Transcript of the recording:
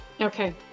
Okay